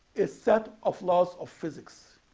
a set of laws of physics.